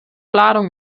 ladung